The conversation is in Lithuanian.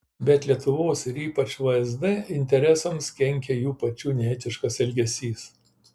bet lietuvos ir ypač vsd interesams kenkia jų pačių neetiškas elgesys